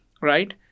right